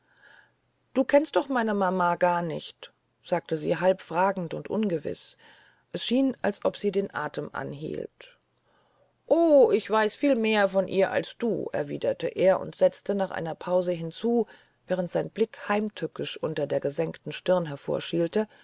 du kennst doch meine mama gar nicht sagte sie halb fragend und ungewiß es schien als ob sie den atem anhielt o ich weiß viel mehr von ihr als du erwiderte er und setzte nach einer pause hinzu während sein blick heimtückisch unter der gesenkten stirn